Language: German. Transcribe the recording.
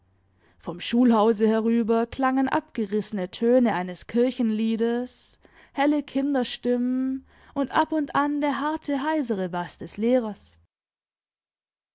vom schülhauseschulhauselangen abgerissene töne eines kirchenliedes helle kinderstimmen und ab und an der harte heisere bass des lehrers